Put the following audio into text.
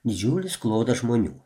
didžiulis klodas žmonių